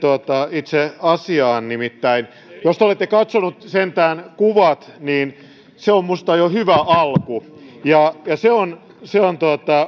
itse asiaan nimittäin jos te olette katsonut sentään kuvat niin se on minusta jo hyvä alku ja se on se on